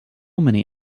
many